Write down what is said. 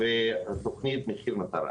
ותוכנית מחיר מטרה.